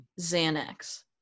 Xanax